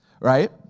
right